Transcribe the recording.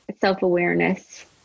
self-awareness